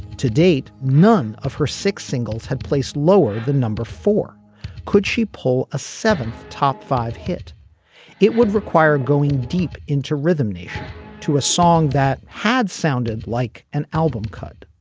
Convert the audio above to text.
to date none of her six singles had placed lower the number four could she pull a seventh top five hit it would require going deep into rhythm nation to a song that had sounded like an album cut